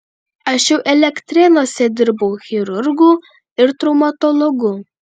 aš jau elektrėnuose dirbau chirurgu ir traumatologu